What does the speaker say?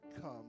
come